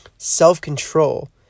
Self-control